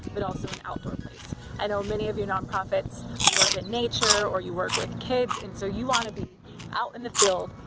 but also an outdoor place. i know you many of you nonprofits work in nature or you work with kids and so you wanna be out in the field,